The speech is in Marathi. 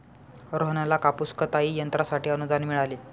रोहनला कापूस कताई यंत्रासाठी अनुदान मिळाले